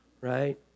right